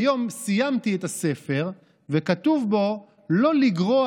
היום סיימתי את הספר וכתוב בו: לא לגרוע